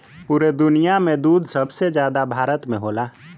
पुरे दुनिया में दूध सबसे जादा भारत में होला